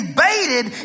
baited